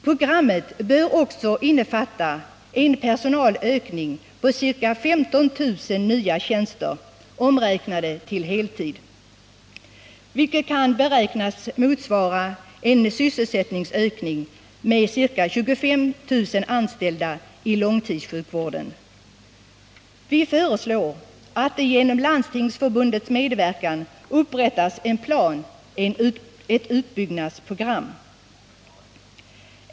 Programmet bör också innefatta en personalökning med ca 15 000 nya tjänster, omräknade till heltidstjänster, vilket kan beräknas motsvara en sysselsättningsökning med ca 25 000 anställda i långtidssjukvården. Vi föreslår vidare att det i samverkan med Landstingsförbundet upprättas en plan, ett utbyggnadsprogram.